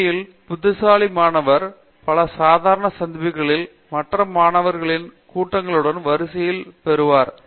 உண்மையான புத்திசாலி மாணவர் பல சாதாரண சந்திப்புகளிலும் மற்ற மாணவர்களின் கூட்டங்களுடனும் வரிசையைப் பெறுவர்